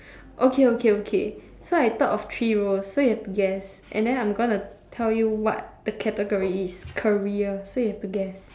okay okay okay so I thought of three roles so you have to guess and then I'm gonna tell you what the category is career so you have to guess